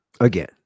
Again